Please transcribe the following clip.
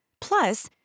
Plus